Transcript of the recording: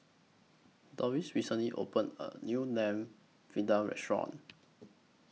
Dorris recently opened A New Lamb Vindaloo Restaurant